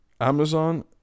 Amazon